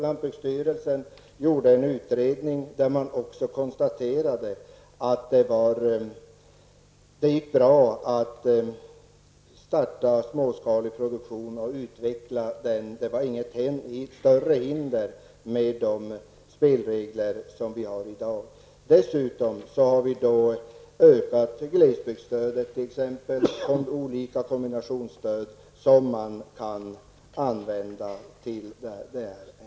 Lantbruksstyrelsen gjorde en utredning där man konstaterade att det gick bra att starta småskalig produktion och utveckla denna. Det fanns inga större hinder med de spelregler som vi i dag har. Dessutom har glesbygdsstödet ökats liksom olika kombinationsstöd som kan användas för detta ändamål.